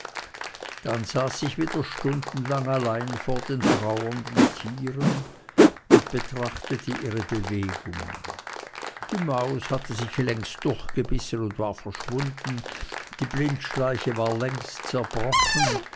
dann saß ich wieder stundenlang allein vor den trauernden tieren und betrachtete ihre bewegungen die maus hatte sich längst durchgebissen und war verschwunden die blindschleiche war längst zerbrochen